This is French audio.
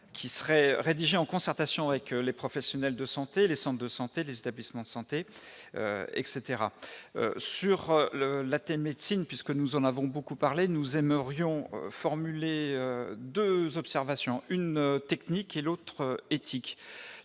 qui serait rédigé en concertation avec les professionnels de santé les de santé des établissements de santé etc, sur le latin médecine puisque nous en avons beaucoup parlé, nous aimerions 2 observations, une technique et l'autre éthique,